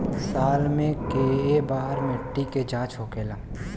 साल मे केए बार मिट्टी के जाँच होखेला?